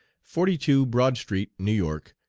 forty two broad street, new york,